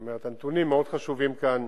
זאת אומרת, הנתונים מאוד חשובים כאן